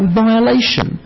violation